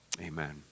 Amen